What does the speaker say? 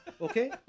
Okay